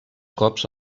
cops